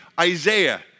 Isaiah